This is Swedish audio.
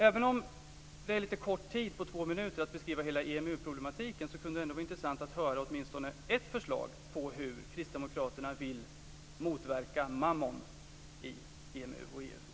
Även om två minuter är lite kort tid för att beskriva hela EMU-problematiken så kunde det ändå vara intressant att höra åtminstone ett förslag på hur kristdemokraterna vill motverka mammon i EMU och EU.